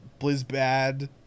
BlizzBad